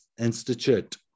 Institute